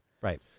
Right